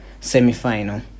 semi-final